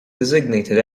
designated